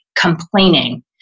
complaining